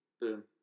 Boom